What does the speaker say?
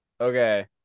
okay